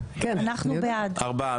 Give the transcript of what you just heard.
ארבעה.